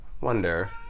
wonder